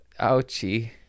ouchie